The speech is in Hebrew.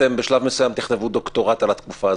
בשלב מסוים אתם תכתבו דוקטורט על התקופה הזאת.